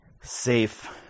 safe